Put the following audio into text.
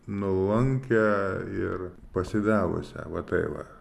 nuolankią ir pasidavusią va taip va